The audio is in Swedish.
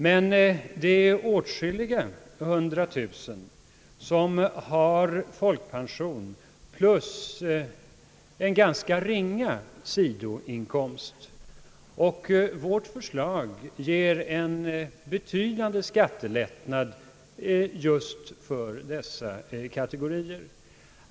Men det är åtskilliga hundra tusen, som har folkpension plus en ganska ringa sidoinkomst, och vårt förslag ger en betydande skattelättnad just för dessa kategorier.